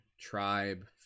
tribe